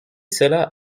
cela